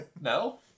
No